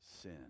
sin